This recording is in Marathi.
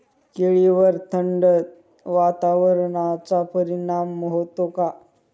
केळीवर थंड वातावरणाचा परिणाम होतो का?